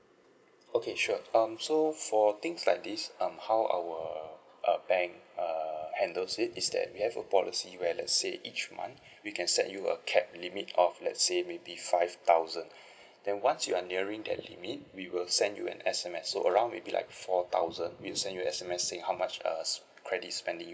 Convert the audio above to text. okay sure um so for things like this um how our err bank err handles it is that we have a policy where let's say each month we can set you a capped limit of let's say maybe five thousand then once you're nearing that limit we will send you an S_M_S so around maybe like four thousand we'll send you S_M_S saying how much err credit spending